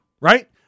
right